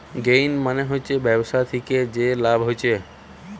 gain মানে হচ্ছে ব্যবসা থিকে যে লাভ হচ্ছে